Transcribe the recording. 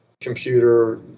computer